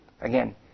Again